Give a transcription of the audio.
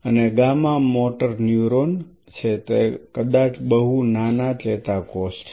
અને gamma motor neuron છે તે કદાચ બહુ નાના ચેતાકોષ છે